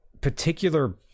particular